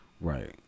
Right